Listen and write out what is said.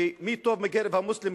מי שטוב מקרב המוסלמים,